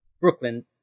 Brooklyn